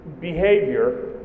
behavior